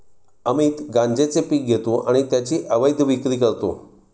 अमित गांजेचे पीक घेतो आणि त्याची अवैध विक्री करतो